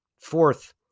Fourth